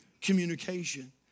communication